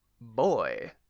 boy